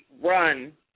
run